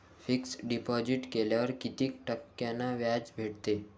Fix deposit केल्यावर कितीक टक्क्यान व्याज भेटते?